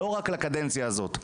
לא רק לקדנציה הזאת.